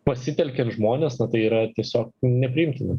pasitelkiant žmones tai yra tiesiog nepriimtina